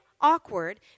awkward